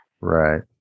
Right